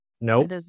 Nope